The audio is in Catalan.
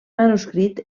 manuscrit